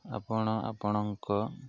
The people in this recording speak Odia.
ଆପଣ ଆପଣଙ୍କ